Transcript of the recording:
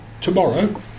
tomorrow